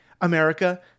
America